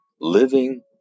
living